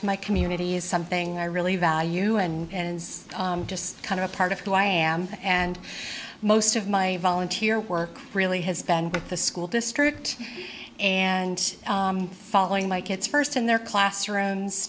to my community is something i really value and it's just kind of a part of who i am and most of my volunteer work really has been with the school district and following my kids first in their classrooms